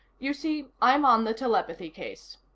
you see, i'm on the telepathy case.